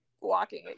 walking